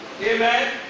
Amen